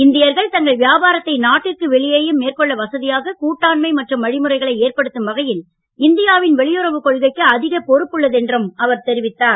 இந்தியர்கள் தங்கள் வியாபாரத்தை நாட்டிற்கு வெளியேயும் மேற்கொள்ள வசதியாக கூட்டாண்மை மற்றும் வழிமுறைகளை ஏற்படுத்தும் வகையில் இந்தியாவின் வெளியுறவு கொள்கைக்கு அதிக பொறுப்பு உள்ளது என்றும் அவர் கூறினார்